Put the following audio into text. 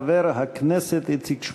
חבר הכנסת איציק שמולי.